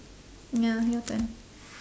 ya your turn